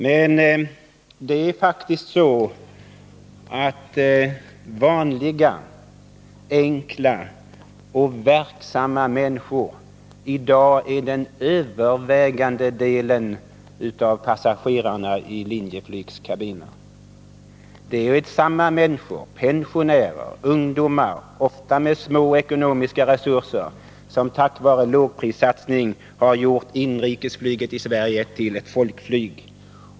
Men det är faktiskt vanliga, enkla och verksamma människor som i dag utgör den övervägande delen av passagerarna i Linjeflygs kabiner. Det är samma människor, bl.a. pensionärer och ungdomar — ofta med små ekonomiska resurser — som tack vare lågprissatsningen har gjort inrikesflyget i Sverige till ett folkflyg.